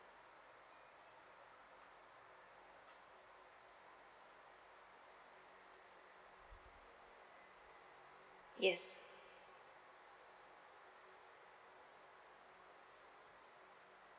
yes